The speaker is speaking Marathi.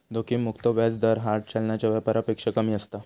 जोखिम मुक्त व्याज दर हार्ड चलनाच्या व्यापारापेक्षा कमी असता